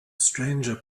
stranger